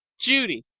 judy,